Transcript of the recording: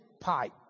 pipe